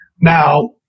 Now